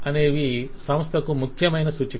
అనేవి సంస్థకు ముఖ్యమైన సూచికలు